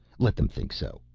let them think so,